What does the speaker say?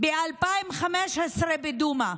ב-2015 בדומא,